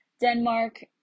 Denmark